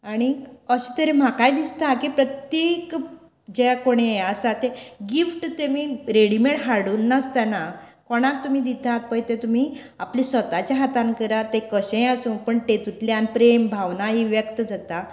आनीक अशे तरेन म्हाकाय दिसता की प्रत्येक जें कोणें यें आसा तें गिफ्ट तेमी रेडीमेड हाडून नासतना कोणाक तुमी दिता ते तुमी आपल्या स्वताच्या हातांत करा तें कशेंय आसूं पण तेतूतल्यान प्रेम भावना ही व्यक्त जाता